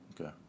Okay